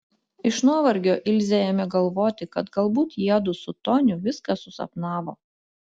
iš nuovargio ilzė ėmė galvoti kad galbūt jiedu su toniu viską susapnavo